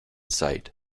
site